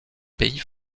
pays